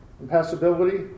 impassibility